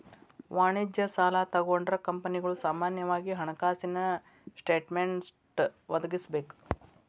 ವಾಣಿಜ್ಯ ಸಾಲಾ ತಗೊಂಡ್ರ ಕಂಪನಿಗಳು ಸಾಮಾನ್ಯವಾಗಿ ಹಣಕಾಸಿನ ಸ್ಟೇಟ್ಮೆನ್ಟ್ ಒದಗಿಸಬೇಕ